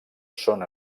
són